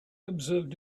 observed